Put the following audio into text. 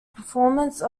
performance